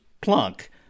plunk